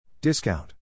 Discount